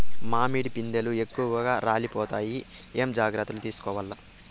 మామిడి పిందెలు ఎక్కువగా రాలిపోతాయి ఏమేం జాగ్రత్తలు తీసుకోవల్ల?